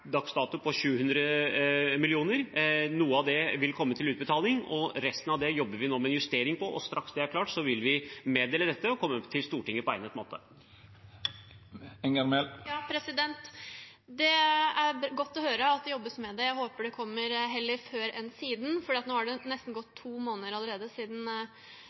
700 mill. kr. Noe av det vil komme til utbetaling, og resten jobber vi nå med justeringer i. Straks det er klart, vil vi meddele dette og komme til Stortinget på egnet måte. Det er godt å høre at det jobbes med det. Jeg håper det kommer heller før enn siden, for nå har det allerede gått nesten to måneder siden